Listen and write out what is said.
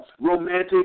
romantic